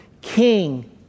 king